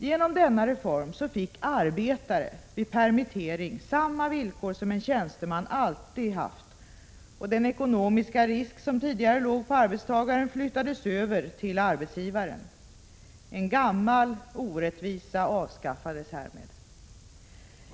Genom denna reform fick arbetare vid permittering samma villkor som en tjänsteman alltid har haft, och den ekonomiska risk som tidigare låg på arbetstagaren flyttades över till arbetsgivaren. En gammal orättvisa avskaffades härmed.